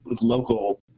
local